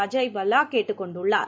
அஜய் பல்லா கேட்டுக் கொண்டுள்ளார்